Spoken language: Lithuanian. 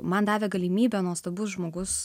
man davė galimybę nuostabus žmogus